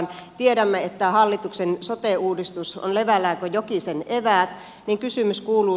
kun tiedämme että hallituksen sote uudistus on levällään kuin jokisen eväät niin kysymys kuuluu